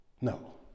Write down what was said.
No